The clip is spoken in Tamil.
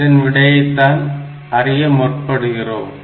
இதன் விடையை தான் அறிய முற்படுகிறோம்